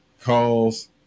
Calls